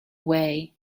way